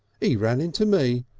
he ran into me.